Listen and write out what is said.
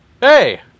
hey